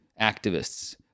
activists